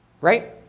right